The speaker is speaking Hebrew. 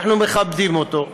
אנחנו מכבדים אותו,